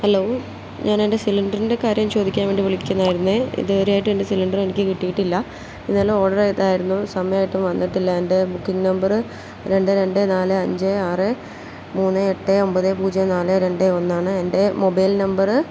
hello ഞാനെൻ്റെ സിലിണ്ടറിൻ്റെ കാര്യം ചോദിക്കാൻ വേണ്ടി വിളിക്കുന്നതായിരുന്നു ഇതുവരെയായിട്ട് എൻ്റെ സിലിണ്ടർ എനിക്ക് കിട്ടിയിട്ടില്ല ഇന്നലെ ഓർഡർ ചെയ്തതായിരുന്നു ഈ സമയമായിട്ടും വന്നിട്ടില്ല എൻ്റെ ബുക്കിംഗ് നമ്പർ രണ്ട് രണ്ട് നാല് അഞ്ച് ആറ് മൂന്ന് എട്ട് ഒമ്പത് പൂജ്യം നാല് രണ്ട് ഒന്നാണ് എൻ്റെ മൊബൈൽ നമ്പര്